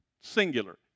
singular